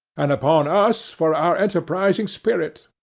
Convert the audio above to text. and upon us for our enterprising spirit.